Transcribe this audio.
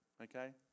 Okay